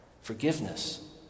forgiveness